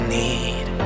need